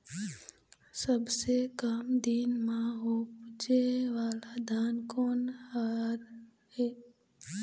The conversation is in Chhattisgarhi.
सबसे कम दिन म उपजे वाला धान कोन हर ये?